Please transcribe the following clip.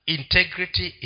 integrity